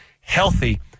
healthy